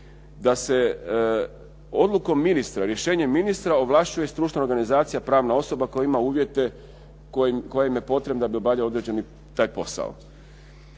da se odlukom ministra, rješenjem ministra ovlašćuje stručna organizacija, pravna osoba koja ima uvjete koja im je potrebna da bi obavljali određeni taj posao.